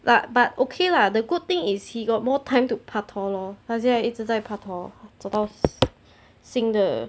but but okay lah the good thing is he got more time to pak tor lor 他现在一直在拍拖找到新的